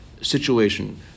situation